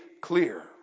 clear